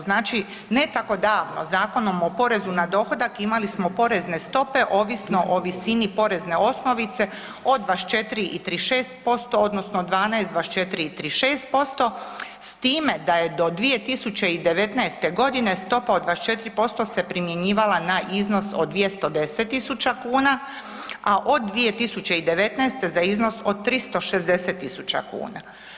Znači ne tako davno Zakonom o porezu na dohodak imali smo porezne stope ovisno o visini porezne osnovice od 24 i 36% odnosno 12, 24 i 36% s time da je do 2019. godine stopa od 24% se primjenjivala na iznos od 210 tisuća kuna, a od 2019. za iznos od 360 tisuća kuna.